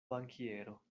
bankiero